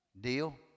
deal